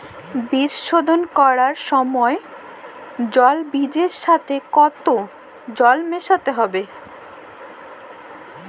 বীজ শোধন করার সময় জল বীজের সাথে কতো জল মেশাতে হবে?